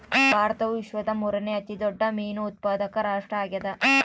ಭಾರತವು ವಿಶ್ವದ ಮೂರನೇ ಅತಿ ದೊಡ್ಡ ಮೇನು ಉತ್ಪಾದಕ ರಾಷ್ಟ್ರ ಆಗ್ಯದ